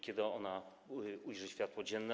Kiedy ona ujrzy światło dzienne?